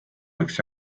võiks